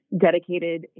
dedicated